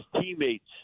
teammates